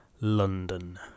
London